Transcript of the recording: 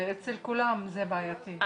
אצל כולם זה בעייתי.